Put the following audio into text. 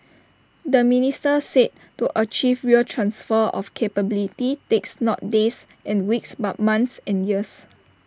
the minister said to achieve real transfer of capability takes not days and weeks but months and years